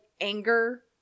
anger